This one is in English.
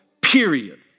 period